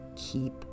keep